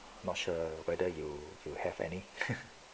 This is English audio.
not sure whether you do you have any